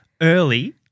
early